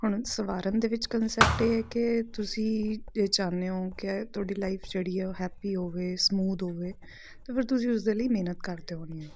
ਹੁਣ ਸਵਾਰਨ ਦੇ ਵਿੱਚ ਕੰਨਸੈਪਟ ਇਹ ਹੈ ਕਿ ਤੁਸੀਂ ਜੇ ਚਾਹੁੰਦੇ ਹੋ ਕਿ ਤੁਹਾਡੀ ਲਾਈਫ ਜਿਹੜੀ ਹੈ ਉਹ ਹੈਪੀ ਹੋਵੇ ਸਮੂਦ ਹੋਵੇ ਤਾਂ ਫਿਰ ਤੁਸੀਂ ਉਸ ਦੇ ਲਈ ਮਿਹਨਤ ਕਰਦੇ ਹੁੰਦੇ ਹੋ